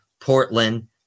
Portland